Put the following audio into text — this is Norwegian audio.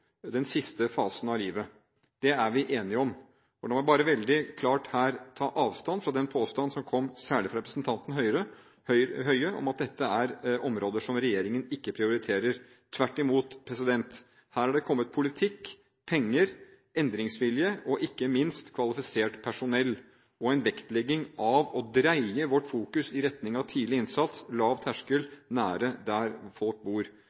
den siste fasen av livet. Det er vi enige om, og la meg veldig klart ta avstand fra påstanden – som kom særlig fra representanten Høie – om at dette er områder som regjeringen ikke prioriterer. Tvert imot – her har det kommet politikk, penger, endringsvilje og ikke minst kvalifisert personell og en vektlegging av å dreie vårt fokus i retning av tidlig innsats og lav terskel nær der folk bor.